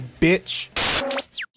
bitch